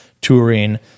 touring